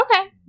Okay